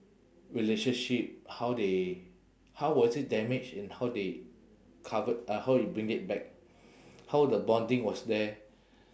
relationship how they how was it damaged and how they covered uh how they bring it back how the bonding was there